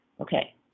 Okay